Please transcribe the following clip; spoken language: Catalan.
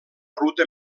ruta